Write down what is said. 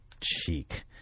cheek